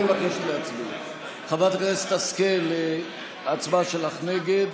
חברת הכנסת השכל, ההצבעה שלך נגד,